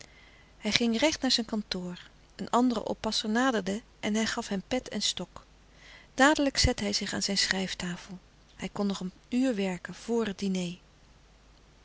hij ging recht naar zijn kantoor een andere oppasser naderde en hij gaf hem pet en stok dadelijk zette hij zich aan zijn schrijftafel hij kon nog een uur werken vr het diner